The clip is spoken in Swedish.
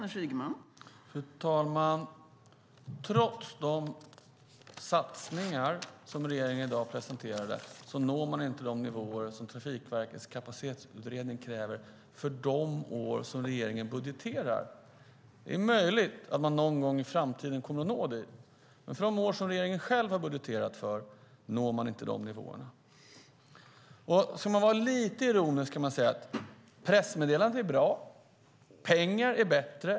Fru talman! Trots de satsningar som regeringen i dag presenterade når man inte de nivåer som Trafikverkets kapacitetsutredning kräver för de år som regeringen budgeterar för. Det är möjligt att man någon gång i framtiden kommer att nå dit, men för de år som regeringen själv har budgeterat för når man inte de nivåerna. Ska man vara lite ironisk kan man säga: Pressmeddelanden är bra. Pengar är bättre.